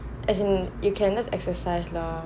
as in you can just exercise lah